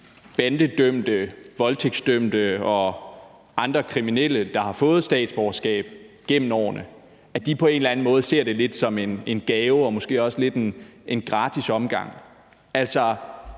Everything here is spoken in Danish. bandedømte, voldtægtsdømte og andre kriminelle, der har fået statsborgerskab gennem årene, på en eller anden måde ser det lidt som en gave og måske også lidt en gratis omgang. Altså,